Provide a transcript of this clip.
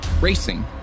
racing